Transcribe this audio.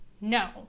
no